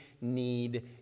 need